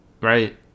right